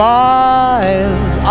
lives